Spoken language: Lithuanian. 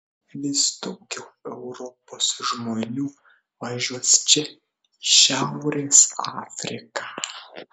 vis daugiau europos žmonių važiuos čia į šiaurės afriką